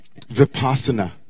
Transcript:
Vipassana